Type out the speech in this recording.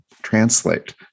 translate